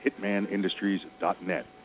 hitmanindustries.net